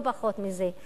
לא פחות מזה.